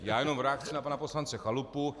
Já jenom v reakci na pana poslance Chalupu.